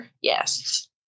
yes